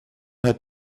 had